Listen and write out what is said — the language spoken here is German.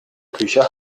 küche